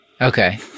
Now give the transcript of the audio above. Okay